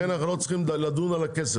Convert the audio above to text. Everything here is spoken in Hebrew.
לכן אנחנו לא צריכים לדון על הכסף.